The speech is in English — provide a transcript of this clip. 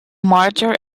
martyr